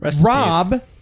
rob